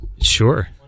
Sure